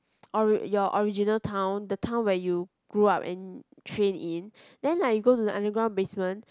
ori~ your original town the town where you grew up and train in then like you go to the underground basement